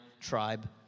tribe